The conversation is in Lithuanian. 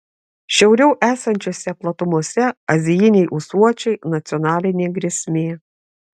šiauriau esančiose platumose azijiniai ūsuočiai nacionalinė grėsmė